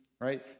right